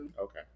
Okay